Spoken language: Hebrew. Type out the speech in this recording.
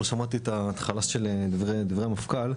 לא שמעתי את ההתחלה של דברי המפכ"ל,